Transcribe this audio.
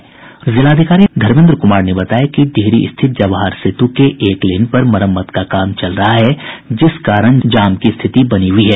रोहतास के जिलाधिकारी धर्मेन्द्र कुमार ने बताया कि डिहरी स्थित जवाहर सेतु के एक लेन पर मरम्मत का काम चल रहा है जिस कारण जाम की स्थिति बनी हुई है